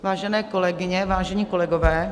Vážené kolegyně, vážení kolegové.